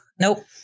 Nope